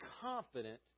confident